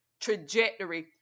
trajectory